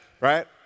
right